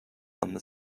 are